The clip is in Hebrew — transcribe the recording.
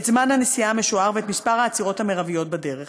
את זמן הנסיעה המשוער ואת מספר העצירות המרביות בדרך.